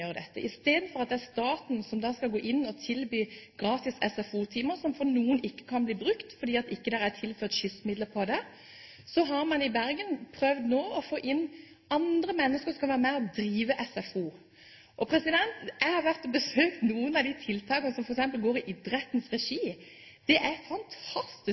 gjør dette i Bergen. Istedenfor at det er staten som skal gå inn og tilby gratis SFO-timer – som for noen ikke kan bli brukt, fordi det ikke er tilført skyssmidler til det – har man i Bergen nå prøvd å få inn andre mennesker som skal være med og drive SFO. Jeg har vært og besøkt noen av de tiltakene som f.eks. går i idrettens regi. Det er fantastisk